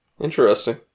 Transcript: Interesting